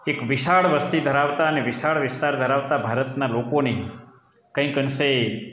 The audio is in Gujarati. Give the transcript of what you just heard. એક વિશાળ વસ્તી ધરાવતા અને વિશાળ વિસ્તાર ધરાવતા ભારતના લોકોને કંઈક અંશે